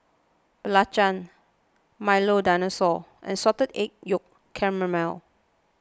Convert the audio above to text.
Belacan Milo Dinosaur and Salted Egg Yolk Calamari